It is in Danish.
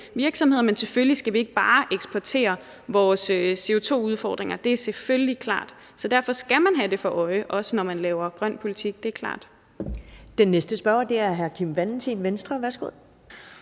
men selvfølgelig skal vi ikke bare eksportere vores CO2 -udfordringer. Det er selvfølgelig klart. Så derfor skal man have det for øje, også når man laver grøn politik. Det er klart. Kl. 12:21 Første næstformand